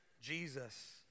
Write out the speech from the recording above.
Jesus